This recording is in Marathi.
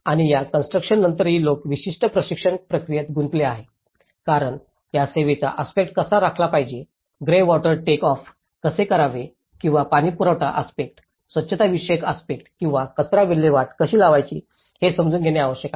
आणि या कॉन्स्ट्रुकशनानंतरही लोक विशिष्ट प्रशिक्षण प्रक्रियेत गुंतले आहेत कारण या सेवेचा आस्पेक्टस कसा राखला पाहिजे ग्रे वॉटर टेक ऑफ कसे करावे किंवा पाणीपुरवठा आस्पेक्टस स्वच्छताविषयक आस्पेक्टस किंवा कचरा विल्हेवाट कशी लावायची हे समजून घेणे आवश्यक आहे